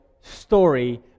story